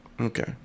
Okay